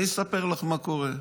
אני אספר לך מה קורה.